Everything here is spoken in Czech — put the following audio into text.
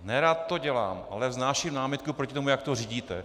Nerad to dělám, ale vznáším námitku proti tomu, jak to řídíte.